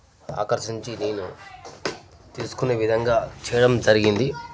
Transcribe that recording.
ఆకర్షించి నేను తీసుకునే విధంగా చేయడం జరిగింది